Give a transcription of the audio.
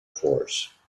force